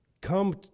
Come